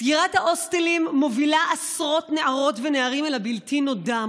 סגירת ההוסטלים מובילה עשרות נערות ונערים אל הבלתי-נודע,